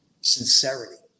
Sincerity